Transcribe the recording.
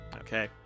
Okay